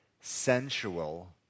sensual